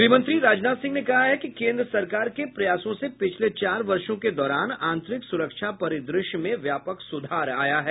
गृहमंत्री राजनाथ सिंह ने कहा है कि केन्द्र सरकार के प्रयासों से पिछले चार वर्षो के दौरान आंतरिक सुरक्षा परिदृश्य में व्यापक सुधार आया है